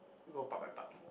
we go part by part